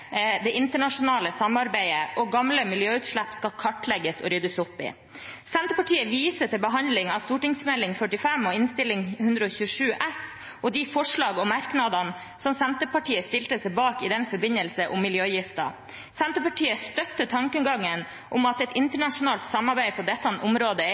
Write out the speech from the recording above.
det internasjonale samarbeidet, og gamle miljøutslipp skal kartlegges og ryddes opp i. Senterpartiet viser til behandlingen av Meld. St. 45 for 2016–2017 og Innst. 127 S og de forslagene og merknadene om miljøgifter som Senterpartiet stilte seg bak i den forbindelse. Senterpartiet støtter tankegangen om at et internasjonalt samarbeid på dette området er